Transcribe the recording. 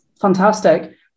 fantastic